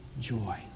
joy